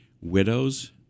widows